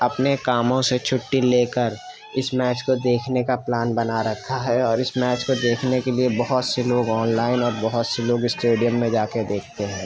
اپنے کاموں سے چھٹّی لے کر اِس میچ کو دیکھنے کا پلان بنا رکھا ہے اور اِس میچ کو دیکھنے کے لیے بہت سے لوگ آن لائن اور بہت سے لوگ اسٹیڈیم میں جا کے دیکھتے ہیں